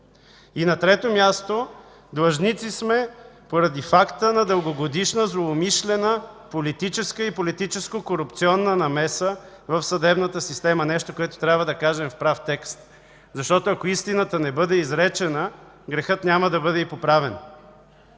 И на трето място, длъжници сме поради факта на дългогодишна злоумишлена политическа и политическо-корупционна намеса в съдебната система – нещо, което трябва да кажем в прав текст. Защото ако истината не бъде изречена, грехът няма да бъде и поправен.